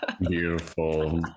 beautiful